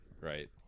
right